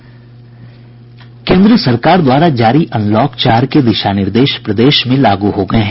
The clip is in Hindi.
केन्द्र सरकार द्वारा जारी अनलॉक चार के दिशा निर्देश प्रदेश में लागू हो गये हैं